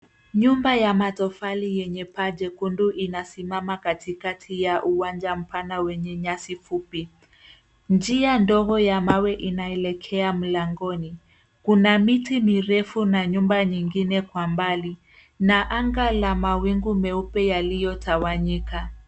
Nyumba ya matofali yenye paa jekundu inasimama katikati ya uwanja mpana wenye nyasi fupi. Njia ndogo ya mawe inaelekea mlangoni. Kuna miti mirefu na nyumba nyingine kwa mbali, na anga la mawingu meupe yaliyotawanyika.